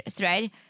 right